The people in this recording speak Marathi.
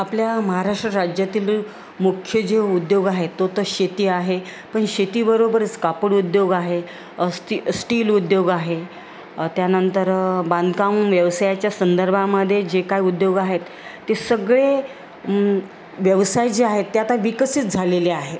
आपल्या महाराष्ट्र राज्यातील मुख्य जे उद्योग आहेत तो तर शेती आहे पण शेतीबरोबरच कापड उद्योग आहे स्टी स्टील उद्योग आहे त्यानंतर बांधकाम व्यवसायाच्या संदर्भामध्ये जे काय उद्योग आहेत ते सगळे व्यवसाय जे आहेत त्या आता विकसित झालेले आहेत